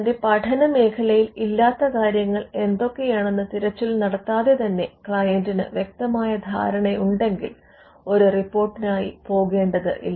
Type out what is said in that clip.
തന്റെ പഠനമേഖലയിൽ ഇല്ലാത്ത കാര്യങ്ങൾ എന്തൊക്കയാണെന്ന് തിരച്ചിൽ നടത്താതെ തന്നെ ക്ലയെന്റിന് വ്യക്തമായ ധാരണയുണ്ടെങ്കിൽ ഒരു റിപ്പോർട്ടിനായി പോകേണ്ടതില്ല